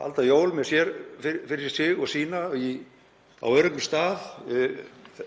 halda jól fyrir sig og sína á öruggum stað.